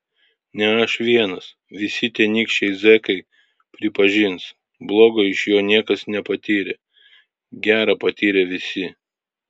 ne aš vienas visi tenykščiai zekai pripažins blogo iš jo niekas nepatyrė gera patyrė visi